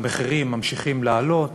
המחירים ממשיכים לעלות